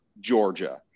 Georgia